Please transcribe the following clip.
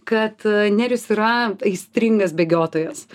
kad nerijus yra aistringas bėgiotojas